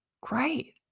Great